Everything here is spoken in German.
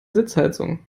sitzheizung